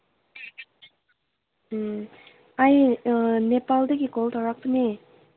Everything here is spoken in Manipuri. ꯎꯝ ꯑꯩ ꯅꯦꯄꯥꯜꯗꯒꯤ ꯀꯣꯜ ꯇꯧꯔꯛꯄꯅꯤ